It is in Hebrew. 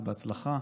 אז בהצלחה.